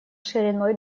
шириной